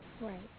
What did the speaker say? Right